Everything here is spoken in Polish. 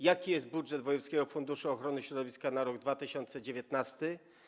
Jaki jest budżet wojewódzkiego funduszu ochrony środowiska na rok 2019?